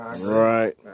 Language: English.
Right